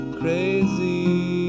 crazy